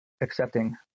accepting